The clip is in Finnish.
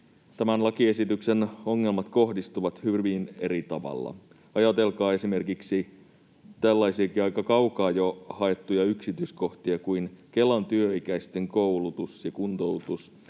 nämä lakiesityksen ongelmat kohdistuvat hyvin eri tavalla. Ajatelkaa esimerkiksi tällaisiakin jo aika kaukaa haettuja yksityiskohtia kuin Kelan työikäisten koulutus ja kuntoutus,